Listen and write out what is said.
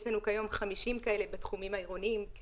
יש לנו כיום 50 כאלה בתחומים העירוניים,